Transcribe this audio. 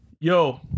Yo